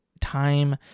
time